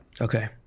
Okay